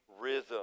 rhythm